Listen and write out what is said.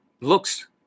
looks